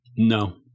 No